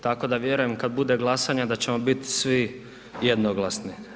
Tako da vjerujem kad bude glasanje da ćemo biti svi jednoglasni.